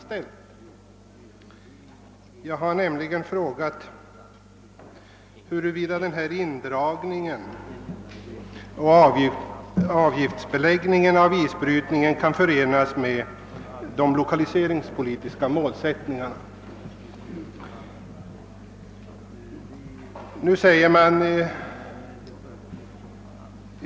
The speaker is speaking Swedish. Min fråga gällde huruvida indragningen av lotsplatser och avgiftsbeläggningen av isbrytningen kan förenas med de lokaliseringspolitiska målsättningarna.